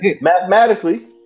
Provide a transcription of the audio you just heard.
mathematically